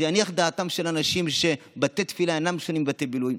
זה יניח את דעתם של אנשים שבתי תפילה אינם שונים מבתי בילוי.